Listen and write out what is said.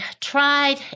tried